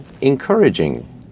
encouraging